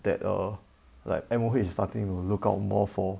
that err like M_O_H is starting to look out more for